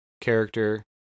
character